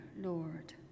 Lord